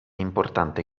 importante